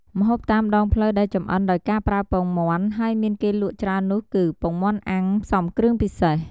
ម្ហូបតាមដងផ្លូវដែលចម្អិនដោយការប្រើពងមាន់ ហើយមានគេលក់ច្រើននោះគឺ ពងមាន់អាំងផ្សំគ្រឿងពិសេស។